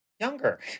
younger